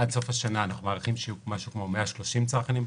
עד סוף השנה אנחנו מעריכים שיהיו משהו כמו 130 צרכנים.